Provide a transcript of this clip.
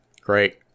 Great